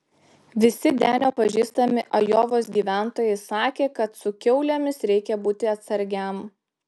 visi denio pažįstami ajovos gyventojai sakė kad su kiaulėmis reikia būti atsargiam